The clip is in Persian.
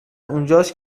اونجاش